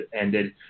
ended